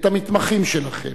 את המתמחים שלכם,